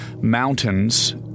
mountains